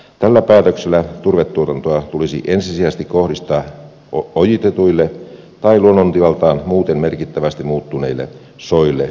tällä päätöksellä turvetuotantoa tulisi ensisijaisesti kohdistaa ojitetuille tai luonnontilaltaan muuten merkittävästi muuttuneille soille ja turvemaille